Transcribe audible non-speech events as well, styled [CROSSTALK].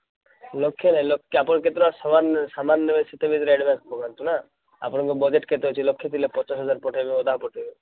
ଲକ୍ଷେ ନାଇଁ ଆପଣ କେତେ ଟଙ୍କା ସାମାନ୍ ସାମାନ୍ ନେବେ [UNINTELLIGIBLE] ଆଡ଼ଭାନ୍ସ ପକାନ୍ତୁ ନା ଆପଣଙ୍କ ବଜେଟ୍ କେତେ ଅଛି ଲକ୍ଷ ଦୁଇଲକ୍ଷ ପଚାଶ ହଜାର ପଠେଇବେ ଅଧା ପଠେଇବେ